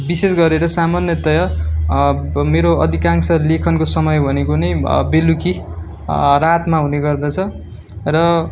विशेष गरेर सामन्यतय मेरो अधिकांश लेखनको समय भनेको नै बेलुकी रातमा हुने गर्दछ र